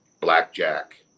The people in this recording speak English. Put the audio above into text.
Blackjack